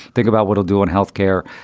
think about what we'll do on health care.